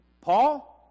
Paul